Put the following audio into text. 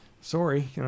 sorry